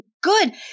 good